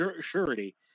surety